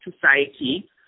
society